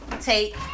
take